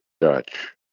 Dutch